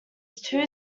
two